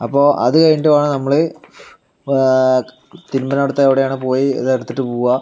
അപ്പോൾ അത് കഴിഞ്ഞിട്ട് വേണം നമ്മൾ തിരുമ്പുന്നിടത്ത് എവിടെയാണോ പോയി ഇതെടുത്തിട്ട് പോകുക